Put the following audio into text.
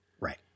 Right